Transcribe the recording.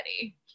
ready